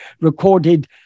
recorded